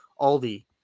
Aldi